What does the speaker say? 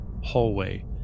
hallway